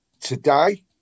Today